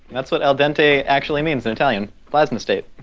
that's what al dente actually means in italian, plasma state.